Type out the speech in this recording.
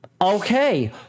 okay